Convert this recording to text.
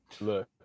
Look